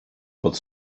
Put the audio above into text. pod